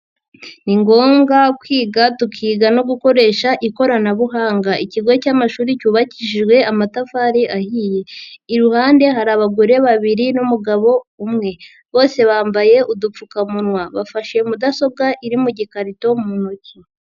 Ni ngombwa kwiga tukiga no gukoresha ikoranabuhanga, ikigo cy'amashuri cyubakishijwe amatafari ahiye, iruhande hari abagore babiri n'umugabo umwe, bose bambaye udupfukamunwa, bafashe mudasobwa iri mu gikarito mu ntoki.